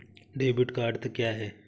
Debit का अर्थ क्या है?